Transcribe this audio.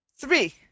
three